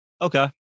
Okay